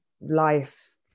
life